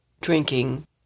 drinking